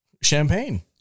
Champagne